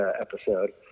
episode